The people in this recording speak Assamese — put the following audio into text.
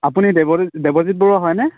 আপুনি দেৱজি দেৱজিত বৰুৱা হয়নে